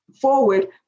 forward